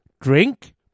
drink